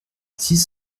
six